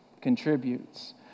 contributes